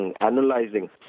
analyzing